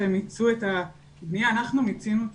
שהם מיצו את הבנייה, אנחנו מיצינו את